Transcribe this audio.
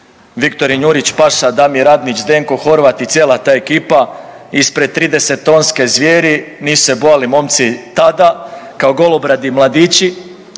Viktorin Jurić-Paša, Damir Radnić, Zdenko Horvat i cijela ta ekipa ispred 30 tonske zvjeri, nisu se bojali momci tada kao golobradi mladići,